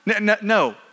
No